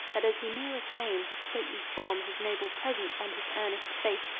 but as he nearer came, his stately form, his noble presence and his earnest face,